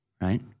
right